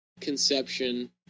conception